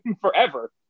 forever